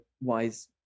wise